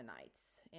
nights